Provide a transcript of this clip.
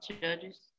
Judges